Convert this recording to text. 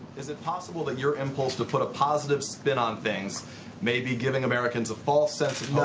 is it possible that your impulse to put a positive spin on things may be giving americans a false sense